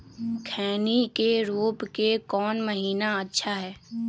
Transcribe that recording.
खैनी के रोप के कौन महीना अच्छा है?